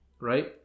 right